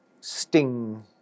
Sting